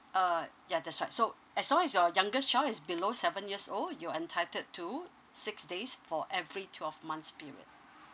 uh ya that's right so as long as your youngest child is below seven years old you're entitled to six days for every twelve months period